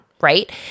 Right